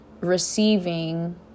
receiving